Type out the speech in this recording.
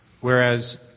Whereas